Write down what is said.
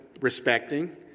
respecting